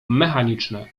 mechaniczne